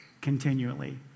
Continually